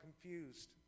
confused